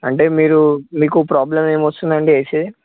అంటే మీరు మీకు ప్రాబ్లం ఏమి వస్తుందండి ఏసి